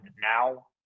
now